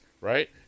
right